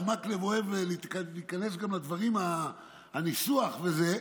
הרב מקלב אוהב להיכנס גם לניסוח וזה,